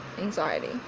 anxiety